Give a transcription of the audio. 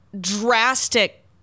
drastic